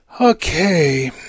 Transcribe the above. Okay